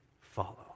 follow